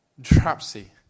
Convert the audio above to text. dropsy